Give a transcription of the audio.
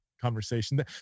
conversation